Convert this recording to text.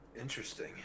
Interesting